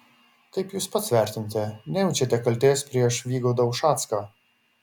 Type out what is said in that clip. kaip jūs pats vertinate nejaučiate kaltės prieš vygaudą ušacką